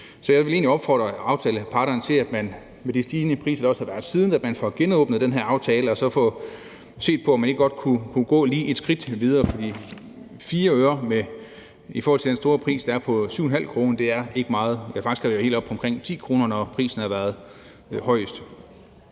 egentlig opfordre aftaleparterne til, at man med de stigende priser, der også har været siden, får genåbnet den her aftale og set på, om man ikke godt kunne gå lige et skridt videre, for 4 øre i forhold til den store pris, der er, på 7,5 kr. er ikke meget – ja, faktisk har prisen været helt oppe på 10 kr., når den har været højest.